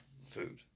food